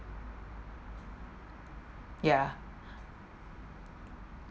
ya